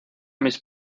mis